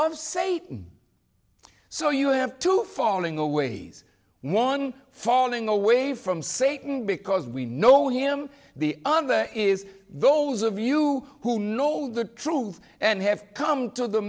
of satan so you have to falling always one falling away from satan because we know him the other is those of you who know all the truth and have come to the